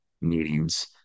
meetings